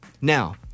Now